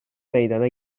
meydana